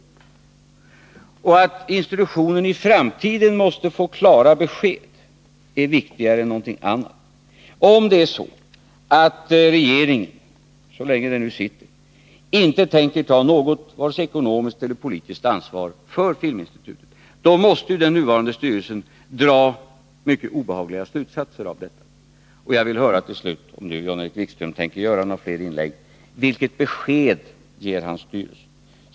Det förhållandet att institutionen i framtiden måste få klara besked är viktigare än någonting annat. Om det är så att regeringen, så länge den nu sitter, inte tänker ta vare sig något ekonomiskt eller något politiskt ansvar för Filminstitutet, måste ju den nuvarande styrelsen dra mycket obehagliga slutsatser av detta. Och jag vill till slut — om Jan-Erik Wikström tänker göra några fler inlägg här — fråga: Vilket besked ger Jan-Erik Wikström styrelsen?